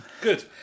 Good